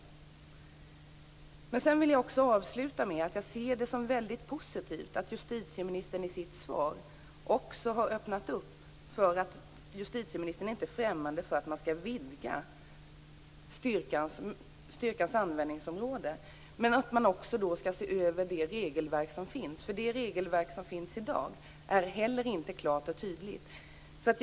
Jag vill avsluta med att säga att jag ser det som väldigt positivt att justitieministern i sitt svar också har öppnat för att hon inte är främmande för att man skall vidga styrkans användningsområde men att man då också skall se över det regelverk som finns. Det regelverk som finns i dag är nämligen inte klart och tydligt.